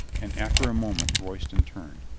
and after a moment royston turned,